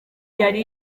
yari